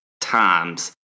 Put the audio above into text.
times